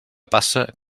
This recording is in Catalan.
passa